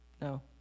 No